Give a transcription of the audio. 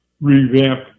revamp